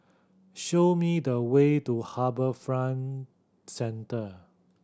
show me the way to HarbourFront Centre